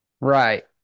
right